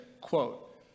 quote